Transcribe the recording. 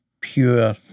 pure